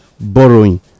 borrowing